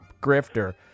grifter